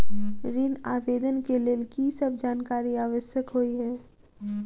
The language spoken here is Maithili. ऋण आवेदन केँ लेल की सब जानकारी आवश्यक होइ है?